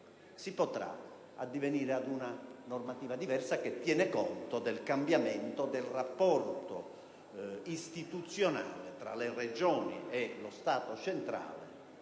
si potrà addivenire ad una normativa diversa, che tenga conto del cambiamento del rapporto istituzionale tra le Regioni e lo Stato centrale,